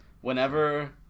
Whenever